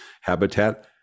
habitat